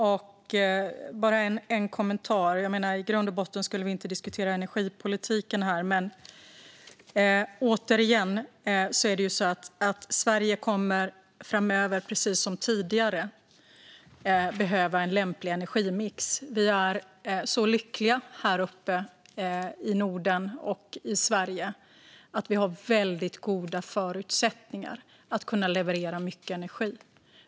Fru talman! Jag har bara en kommentar. Egentligen skulle vi inte diskutera energipolitiken här. Men återigen - Sverige kommer framöver att, precis som tidigare, behöva ha en lämplig energimix. Vi är så lyckliga här uppe i Norden och Sverige att vi har väldigt goda förutsättningar att leverera mycket energi.